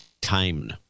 time